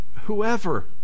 whoever